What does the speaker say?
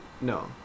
No